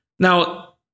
Now